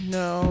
no